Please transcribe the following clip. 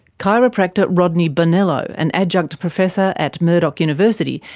chiropractor rodney bonello, an adjunct professor at murdoch university,